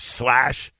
slash